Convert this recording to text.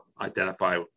identify